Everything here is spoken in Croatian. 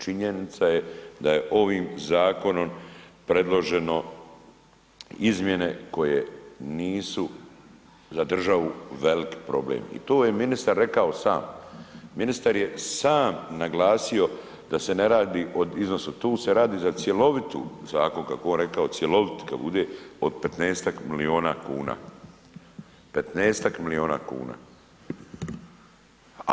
Činjenica je da je ovim zakonom predloženo izmjene koje nisu za državu velik problem i to je ministar rekao sam, ministar je sam naglasio da se ne radi o iznosu, tu se radi za cjelovitu, zakon kako je on rekao cjelovit kad bude, od 15-tak milijuna kuna, 15-tak milijuna kuna.